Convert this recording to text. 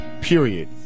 Period